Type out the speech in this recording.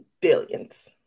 Billions